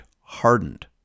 hardened